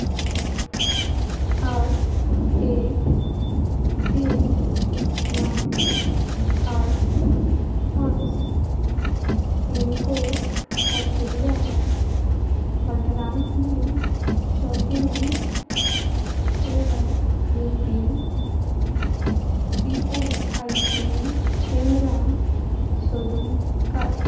आठ एक तीन णव आठ पांच पिन कोड आशिल्ल्या वाठारांतली क्ष किरण सेवा दिवपी ई ऍस आय सी केंद्रां सोदून काड